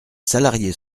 salariés